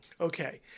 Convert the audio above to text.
Okay